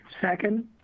Second